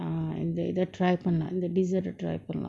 ah and they that try பன்லா இந்த:panla indtha dessert ah try பன்லா:panla